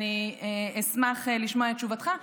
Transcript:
ואני אשמח לשמוע את תשובתך.